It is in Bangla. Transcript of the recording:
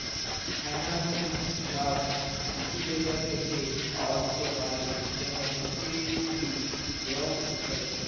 ফাইলালসিং ব্যাশ কিছু জায়গা থ্যাকে পাওয়া যাতে পারে যেমল ইকুইটি, লল ইত্যাদি